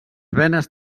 venes